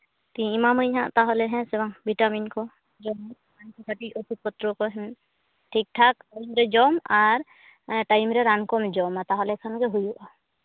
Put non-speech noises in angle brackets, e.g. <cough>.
ᱮᱢᱟᱢᱟᱹᱧ ᱦᱟᱸᱜ ᱛᱟᱦᱚᱞᱮ ᱦᱮᱸ ᱥᱮ ᱵᱟᱝ ᱵᱷᱤᱴᱟᱢᱤᱱ ᱠᱚ ᱡᱚᱢ ᱢᱮ <unintelligible> ᱠᱟᱹᱴᱤᱡ ᱳᱥᱩᱫᱷ ᱯᱚᱛᱨᱚ ᱠᱚ ᱴᱷᱤᱠ ᱴᱷᱟᱠ ᱴᱟᱭᱤᱢ ᱨᱮ ᱡᱚᱢ ᱟᱨ ᱴᱟᱭᱤᱢ ᱨᱮ ᱨᱟᱱ ᱠᱚᱢ ᱡᱚᱢᱟ ᱛᱟᱦᱚᱞᱮ ᱠᱷᱟᱱᱜᱮ ᱦᱩᱭᱩᱜᱼᱟ